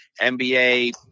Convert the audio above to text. NBA